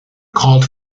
called